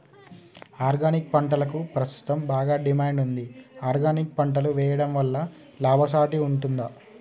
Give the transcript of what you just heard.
Organic పంటలకు ప్రస్తుతం బాగా డిమాండ్ ఉంది ఆర్గానిక్ పంటలు వేయడం వల్ల లాభసాటి ఉంటుందా?